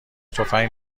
تفنگ